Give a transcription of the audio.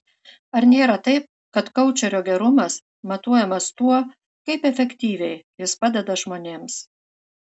ar nėra taip kad koučerio gerumas matuojamas tuo kaip efektyviai jis padeda žmonėms